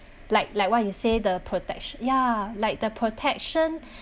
like like what you say the protecti~ ya like the protection